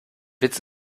witz